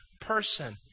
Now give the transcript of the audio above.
person